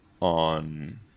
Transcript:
on